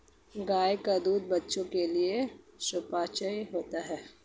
गाय का दूध बच्चों के लिए सुपाच्य होता है